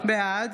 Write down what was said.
בעד